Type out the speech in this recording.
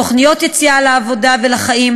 תוכניות יציאה לחיים,